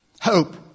hope